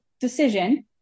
decision